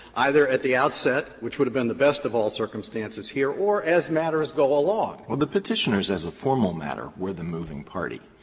either at the outset, which would have been the best of all circumstances here, or as matters go along. alito well, the petitioners as a formal matter were the moving party,